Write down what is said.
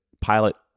pilot